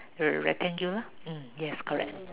rectangular yes correct